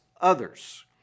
others